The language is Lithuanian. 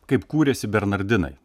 kaip kūrėsi bernardinai